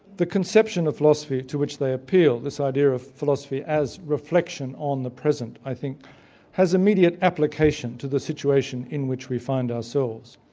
the conception of philosophy to which they appeal, this idea of philosophy as reflection on the present, i think has immediate application to the situation in which we find ourselves.